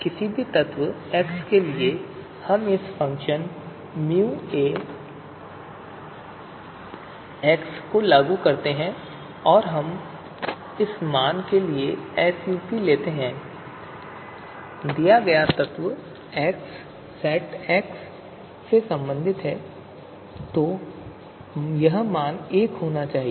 किसी भी तत्व x के लिए हम इस फ़ंक्शन µA को लागू करते हैं और हम इस मान का sup लेते हैं दिया गया तत्व x सेट X से संबंधित है तो यह मान 1 होना चाहिए